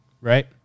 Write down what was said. right